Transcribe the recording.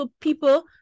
people